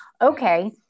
Okay